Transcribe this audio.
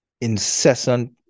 incessant